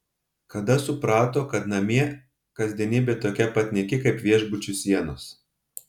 kada suprato kad namie kasdienybė tokia pat nyki kaip viešbučių sienos